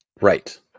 Right